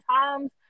times